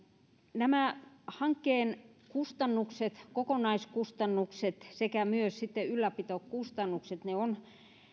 hankkeen kustannukset kokonaiskustannukset sekä myös sitten ylläpitokustannukset on